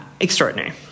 Extraordinary